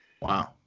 Wow